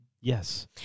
Yes